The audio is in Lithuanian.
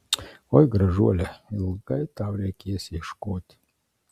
oi gražuole ilgai tau reikės ieškoti